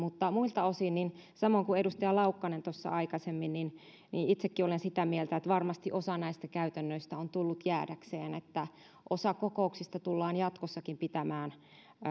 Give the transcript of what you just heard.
muilta osin samoin kuin edustaja laukkanen tuossa aikaisemmin niin niin itsekin olen sitä mieltä että varmasti osa näistä käytännöistä on tullut jäädäkseen osa kokouksista tullaan jatkossakin pitämään